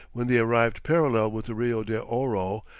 when they arrived parallel with the rio de ouro,